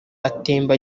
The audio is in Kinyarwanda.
atemba